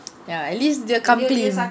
ya at least dia come clean